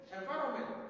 Environment